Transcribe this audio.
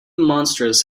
monstrous